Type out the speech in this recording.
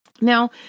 Now